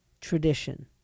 tradition